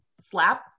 slap